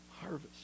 harvest